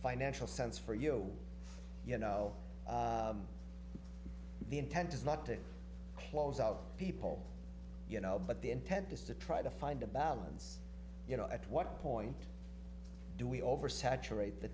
financial sense for you you know the intent is not to close out people you know but the intent is to try to find a balance you know at what point do we over saturate the